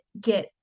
get